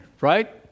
right